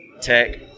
Tech